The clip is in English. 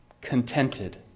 contented